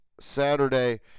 Saturday